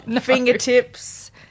fingertips